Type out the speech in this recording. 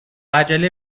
عجله